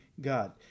God